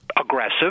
aggressive